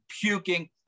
puking